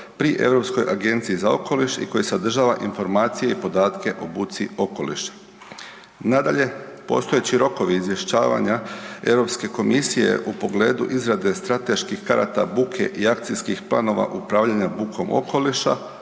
pri Europskoj agenciji za okoliš i koji sadržava informacije i podatke o buci okoliša. Nadalje, postojeći rokovi izvješćivanja Europske komisije o pogledu izrade strateških karata buke i akcijskih planova upravljanja bukom okoliša,